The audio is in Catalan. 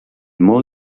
molt